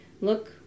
look